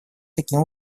каких